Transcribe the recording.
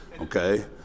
Okay